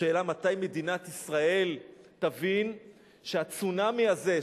השאלה מתי מדינת ישראל תבין שהצונאמי הזה,